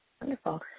Wonderful